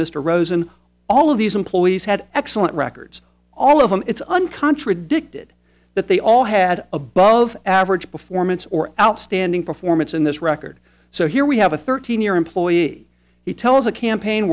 mr rosen all of these employees had excellent records all of them it's on contradicted that they all had above average performance or outstanding performance in this record so here we have a thirteen year employee he tells a campaign